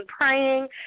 praying